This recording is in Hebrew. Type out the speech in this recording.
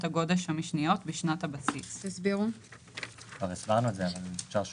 הגודש המשניות בשנת הבסיס." כבר הסברנו את זה אבל אפשר שוב.